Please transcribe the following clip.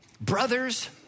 brothers